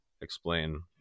explain